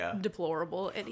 deplorable